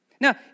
Now